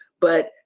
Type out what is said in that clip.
But-